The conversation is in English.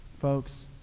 folks